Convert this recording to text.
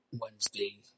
Wednesday